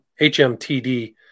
HMTD